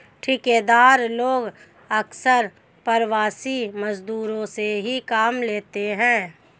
ठेकेदार लोग अक्सर प्रवासी मजदूरों से ही काम लेते हैं